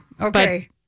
Okay